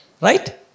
Right